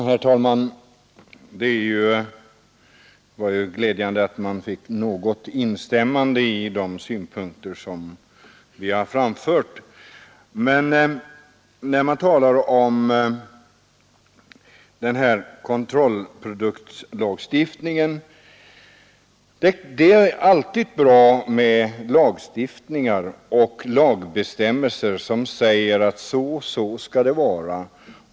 Herr talman! Det är ju glädjande att vi får något instämmande i de synpunkter som vi har fram fört. Man talar nu om den här produktkontrollagstiftningen och menar att det alltid är bra med lagbestämmelser som säger att så och så skall det vara.